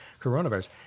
coronavirus